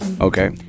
Okay